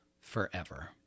forever